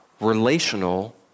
relational